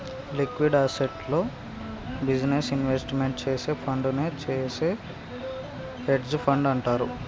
liquid అసెట్స్లో business investment చేసే ఫండునే చేసే హెడ్జ్ ఫండ్ అంటారు